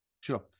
Sure